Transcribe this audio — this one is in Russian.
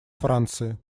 франции